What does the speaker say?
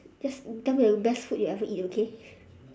just tell me the best food you ever eat okay